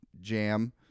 jam